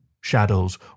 Shadows